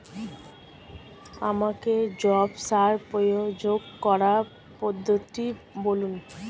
আমাকে জৈব সার প্রয়োগ করার পদ্ধতিটি বলুন?